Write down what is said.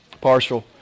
partial